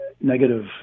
negative